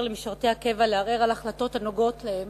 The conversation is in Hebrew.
למשרתי הקבע לערער על החלטות הנוגעות להם